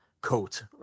coat